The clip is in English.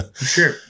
sure